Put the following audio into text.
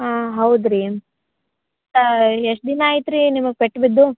ಹಾಂ ಹೌದ್ರೀ ಏನು ಎಷ್ಟು ದಿನ ಆಯ್ತು ರೀ ನಿಮಗೆ ಪೆಟ್ಟು ಬಿದ್ದು